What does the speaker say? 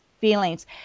feelings